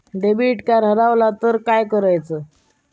Debit card हरवल तर काय करायच?